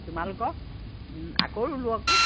তোমালোকৰ আকৌ ৰুলোঁ আক'